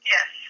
Yes